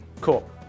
Cool